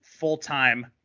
full-time